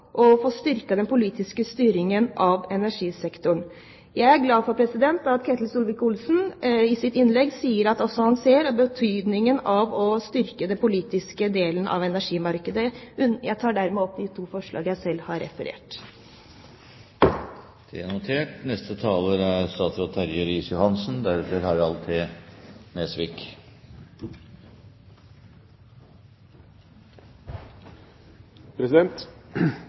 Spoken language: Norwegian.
å få styrket den politiske styringen av energisektoren. Jeg er glad for at Ketil Solvik-Olsen i sitt innlegg sier at også han ser betydningen av å styrke den politiske delen av energimarkedet. Jeg tar dermed opp de to forslagene jeg refererte til. Representanten Line Henriette Hjemdal har da tatt opp de forslag hun refererte til. Situasjonen i kraftmarkedet i Norge er